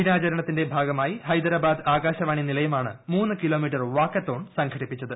ദിനാചരണത്തിന്റെ ഭാഗമായി ഹൈദരാബാദ് ആകാശവാണി നിലയമാണ് മൂന്ന് കിലോമീറ്റർ വാക്കത്തോൺ സംഘടിപ്പിച്ചത്